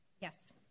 Yes